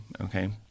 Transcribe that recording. Okay